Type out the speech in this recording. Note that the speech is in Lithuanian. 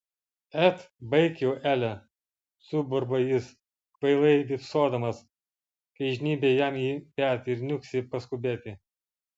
et baik jau ele suburba jis kvailai vypsodamas kai žnybia jam į petį ir niuksi paskubėti